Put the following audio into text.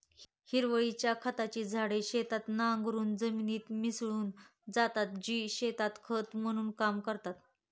हिरवळीच्या खताची झाडे शेतात नांगरून जमिनीत मिसळली जातात, जी शेतात खत म्हणून काम करतात